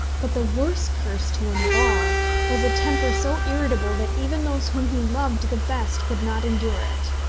but the worse curse to him of all was a temper so irritable that even those whom he loved the best could not endure it.